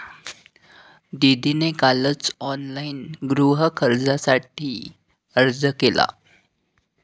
दीदीने कालच ऑनलाइन गृहकर्जासाठी अर्ज केला